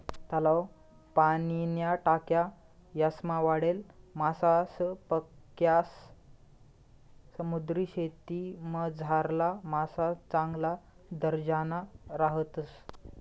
तलाव, पाणीन्या टाक्या यासमा वाढेल मासासपक्सा समुद्रीशेतीमझारला मासा चांगला दर्जाना राहतस